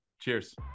Cheers